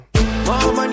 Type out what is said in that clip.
Mommy